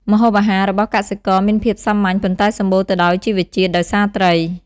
ម្ហូបអាហារ របស់កសិករមានភាពសាមញ្ញ ប៉ុន្តែសម្បូរទៅដោយជីវជាតិដោយសារត្រី។